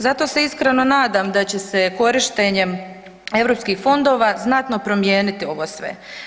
Zato se iskreno nadam da će se korištenjem europskih fondova znatno promijeniti ovo sve.